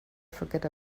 forget